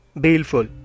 Baleful